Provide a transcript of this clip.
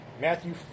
Matthew